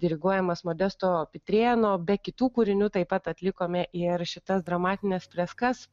diriguojamas modesto pitrėno be kitų kūrinių taip pat atlikome ir šitas dramatines freskas